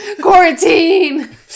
Quarantine